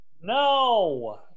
no